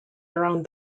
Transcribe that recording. around